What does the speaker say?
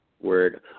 word